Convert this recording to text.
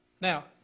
Now